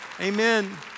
amen